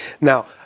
Now